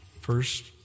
First